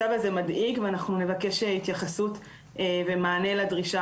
המצב הזה מדאיג ואנחנו נבקש התייחסות ומענה לדרישה